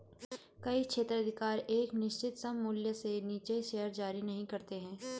कई क्षेत्राधिकार एक निश्चित सममूल्य से नीचे शेयर जारी नहीं करते हैं